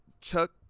Chuck